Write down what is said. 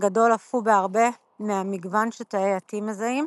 גדול אף הוא בהרבה מהמגוון שתאי ה-T מזהים.